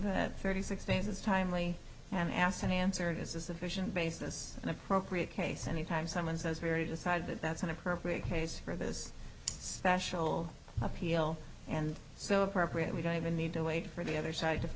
that thirty six days is timely and asked and answered is a sufficient basis and appropriate case any time someone says very decided that that's an appropriate case for this special appeal and so appropriate we don't even need to wait for the other side